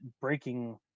breaking